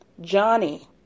Johnny